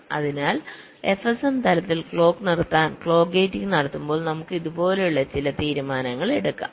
അതിനാൽ FSM തലത്തിൽ clock നിർത്താൻ ക്ലോക്ക് ഗേറ്റിംഗ് നടത്തുമ്പോൾ നമുക്ക് ഇതുപോലുള്ള ചില തീരുമാനങ്ങൾ എടുക്കാം